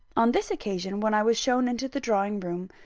on this occasion, when i was shown into the drawing-room,